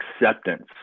acceptance